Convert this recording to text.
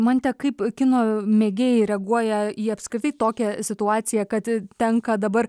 mante kaip kino mėgėjai reaguoja į apskritai tokią situaciją kad tenka dabar